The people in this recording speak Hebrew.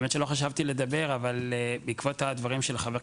לא חשבתי לדבר אבל בעקבות הדברים של ח"כ